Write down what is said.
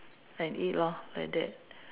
and eat lor like that